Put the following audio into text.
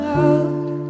out